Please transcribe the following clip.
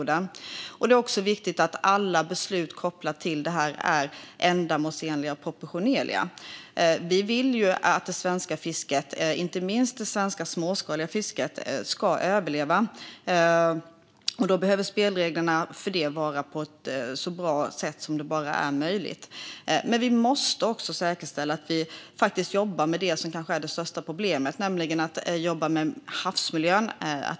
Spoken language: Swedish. Det är också viktigt att alla beslut är ändamålsenliga och proportionerliga. Vi vill att det svenska fisket, inte minst det svenska småskaliga fisket, ska överleva. Då behöver spelreglerna vara så bra som möjligt. Men vi måste också säkerställa att vi jobbar med det som är det största problemet, nämligen alla delar som rör havsmiljön.